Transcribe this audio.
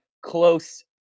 close